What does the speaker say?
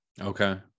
okay